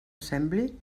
sembli